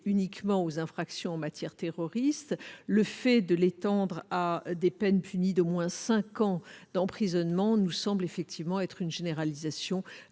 uniquement aux infractions commises en matière terroriste. Le fait de l'étendre à des peines punies d'au moins cinq ans d'emprisonnement nous paraît exagéré. Cette généralisation